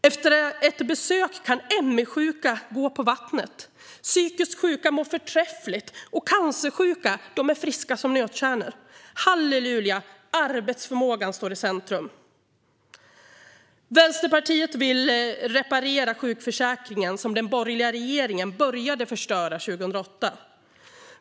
Efter ett besök kan ME-sjuka gå på vattnet, psykiskt sjuka mår förträffligt och cancersjuka är friska som nötkärnor. Halleluja, arbetsförmågan står i centrum! Vänsterpartiet vill reparera sjukförsäkringen, som den borgerliga regeringen började förstöra 2008.